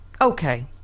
Okay